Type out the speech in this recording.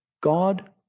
God